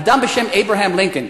אדם בשם אברהם לינקולן,